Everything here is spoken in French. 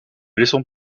laissons